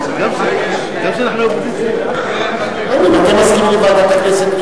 ואם היא תתקבל היא תועבר לוועדת הכנסת,